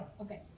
Okay